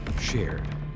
shared